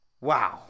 Wow